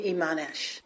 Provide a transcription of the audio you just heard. Imanesh